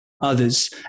Others